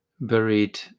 buried